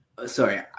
Sorry